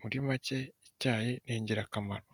muri make icyayi ni ingirakamaro.